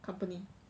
company